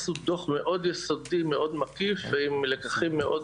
הם עשו דוח מאוד יסודי ומקיף ועם לקחים מאוד